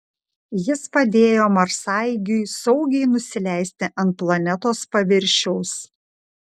jis padėjo marsaeigiui saugiai nusileisti ant planetos paviršiaus